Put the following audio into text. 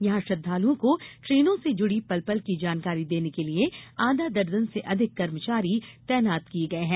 यहां श्रद्वालुओं को ट्रेनों से जुड़ी पल पल की जानकारी देने के लिए आधा दर्जन से अधिक कर्मचारी तैनात किये गये हैं